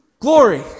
Glory